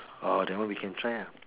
oh that one we can try ah